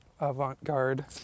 avant-garde